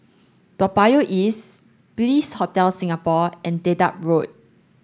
Toa Payoh East Bliss Hotel Singapore and Dedap Road